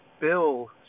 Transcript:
Bill